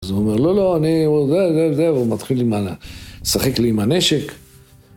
אז הוא אומר, לא, לא, אני... והוא מתחיל לשחק לי עם הנשק.